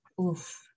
oof